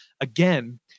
again